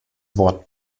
wort